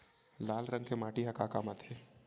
लाल रंग के माटी ह का काम आथे?